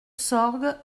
sorgue